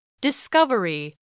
Discovery